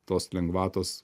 tos lengvatos